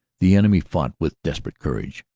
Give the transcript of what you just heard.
the enemy fought with desperate courage,